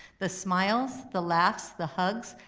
the smiles, the laughs, the hugs,